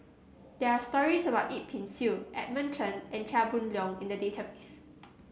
there are stories about Yip Pin Xiu Edmund Chen and Chia Boon Leong in the database